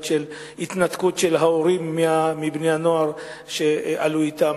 של התנתקות של ההורים מבני-הנוער שעלו אתם,